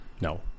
No